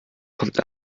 kommt